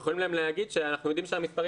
אנחנו יכולים גם להגיד שאנחנו יודעים שהמספרים